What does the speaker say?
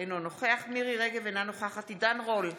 אינו נוכח מירי מרים רגב, אינה נוכחת עידן רול,